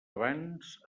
abans